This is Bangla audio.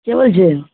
কে বলছেন